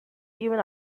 even